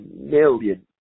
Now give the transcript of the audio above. million